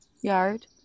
yard